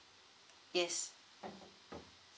yes